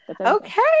Okay